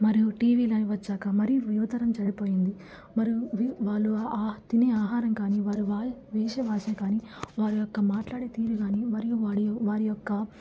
మరియు టీవీలవి వచ్చాక మరి యువతరం చెడిపోయింది మరియు వి వాళ్ళు తినే ఆహారం కాని వారు వా వేష భాష కాని వారి యొక్క మాట్లాడే తీరు కాని మరియు వాడి వారి యొక్క